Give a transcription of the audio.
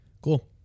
Cool